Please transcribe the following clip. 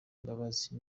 imbabazi